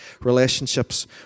relationships